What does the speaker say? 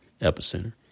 Epicenter